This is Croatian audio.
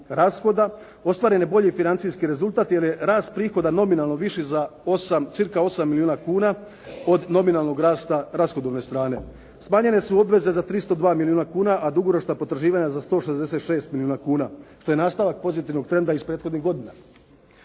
rashoda ostvaren je bolji financijski rezultat jer je rast prihoda nominalno viši za cca 8 milijuna kuna od nominalnog rasta rashodovne strane. Smanjene su obveze za 302 milijuna kuna, a dugoročna potraživanja za 166 milijuna kuna što je nastavak pozitivnog trenda iz prethodnih godina.